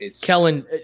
Kellen